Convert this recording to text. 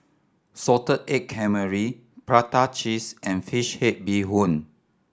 salted egg calamari prata cheese and fish head bee hoon